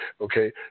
Okay